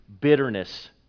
bitterness